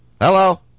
Hello